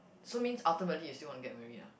so means ultimately you still want to get married ah